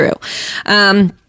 true